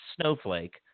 snowflake